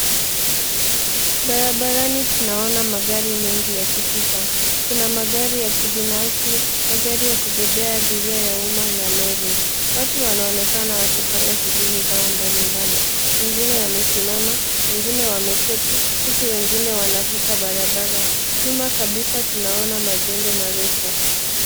Barabarani tunaona magari mengi yakipita. Kuna magari ya kibinafsi, magari ya kubebea umma na lori. Watu wanaonekana wakifanya shughuli zao mbalimbali. Wengine wamesimama, wengine wameketi, huku wengine wanavuka barabara. Nyuma kabisa tunaona majengo marefu.